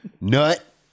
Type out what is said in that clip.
Nut